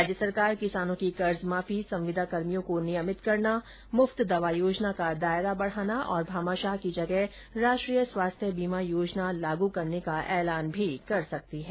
राज्य सरकार किसानों की कर्जमाफी संविदाकर्मियों को नियमित करना मुफ्त दवा योजना का दायरा बढाना और भामाशाह की जगह राष्ट्रीय स्वास्थ्य बीमा योजना लागू करने का ऐलान भी कर सकती है